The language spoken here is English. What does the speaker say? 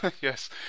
Yes